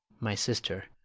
my sister,